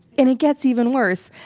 and it gets even worse.